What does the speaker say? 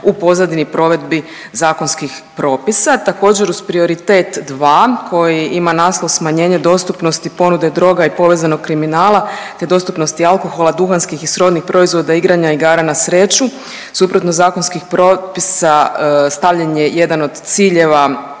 u pozadini provedbi zakonskih propisa. Također, uz prioritet 2, koji ima naslov Smanjenje dostupnosti ponude druga i povezanog kriminala te dostupnosti alkohola, duhanskih i srodnih proizvoda, igranja igara na sreću suprotno zakonskih propisa stavljen je jedan od ciljeva,